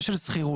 הנושא של שכירות.